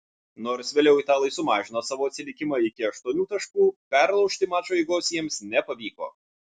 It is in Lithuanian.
nors vėliau italai sumažino savo atsilikimą iki aštuonių taškų perlaužti mačo eigos jiems nepavyko